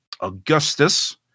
Augustus